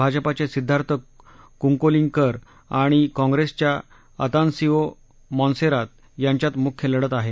भाजपा चे सिद्वार्थ कुंकोलींकर आणि काँप्रेस च्या अतानसिओ मॉनसेरात यांच्यात मुख्य लढत आहे